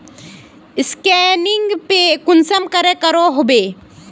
Scanning पे कुंसम करे करो होबे?